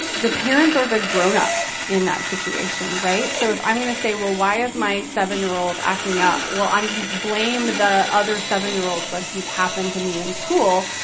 the parents are the grown-ups in that situation, right? so, if i'm going to say, well, why is my seven year old acting up? well, i blame the other seven year olds that he's happened to meet in school,